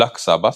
בלאק סבאת',